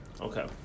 Okay